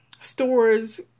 stores